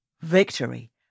Victory